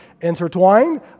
intertwined